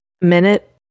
Minute